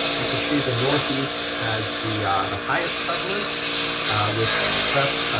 we can see the northeast has the the highest prevalence with prep,